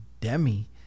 Demi